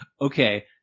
okay